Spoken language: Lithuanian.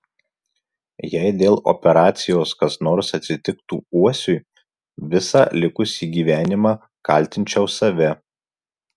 jei dėl operacijos kas nors atsitiktų uosiui visą likusį gyvenimą kaltinčiau save